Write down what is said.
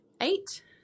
Eight